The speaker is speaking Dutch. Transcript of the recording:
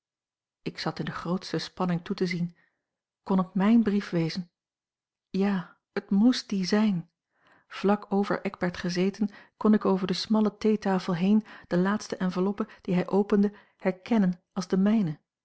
ik zat in de grootste spanning toe te zien kon het mijn brief wezen ja het moest die zijn vlak over eckbert gezeten kon ik over de smalle theetafel heen de laatste enveloppe die hij opende herkennen als de mijne